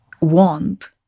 want